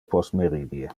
postmeridie